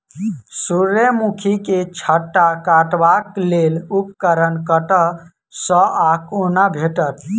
सूर्यमुखी केँ छत्ता काटबाक लेल उपकरण कतह सऽ आ कोना भेटत?